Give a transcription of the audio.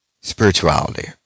spirituality